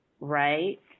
Right